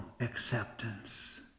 acceptance